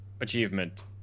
achievement